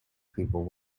people